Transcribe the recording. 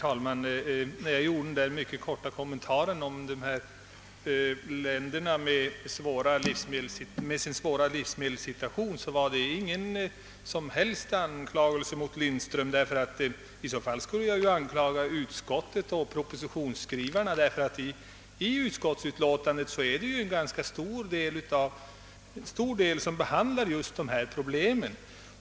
Herr talman! Min mycket korta kommentar till vad som sagts om u-länderna med deras svåra livsmedelssituation var ingen som helst anklagelse mot herr Lindström, ty i så fall skulle jag ju anklaga även propositionsskrivarna och utskottsledamöterna, eftersom både propositionen och utskottsutlåtandet till ganska stor del behandlar just dessa problem.